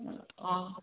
অঁ